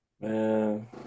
Man